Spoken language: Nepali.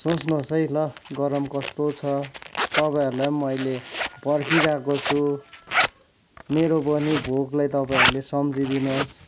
सोच्नुहोस् है ल गरम कस्तो छ तपाईँहरूलाई पनि मैले पर्खिरहेको छु मेरो पनि भोकलाई तपाईँहरूले सम्झिदिनोस्